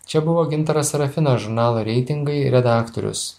čia buvo gintaras serafinas žurnalo reitingai redaktorius